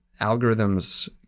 algorithms